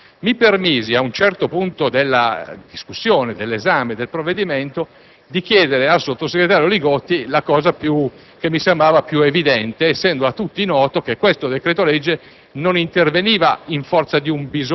Il decreto-legge entrò in vigore e questo ramo del Parlamento iniziò doverosamente ad esaminarlo e discuterlo. Si deve alla costante presenza del sottosegretario Li Gotti